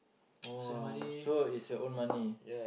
!wah! so it's your own money